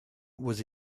was